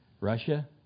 Russia